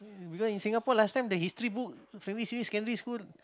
because in Singapore last time the History book primary secondary school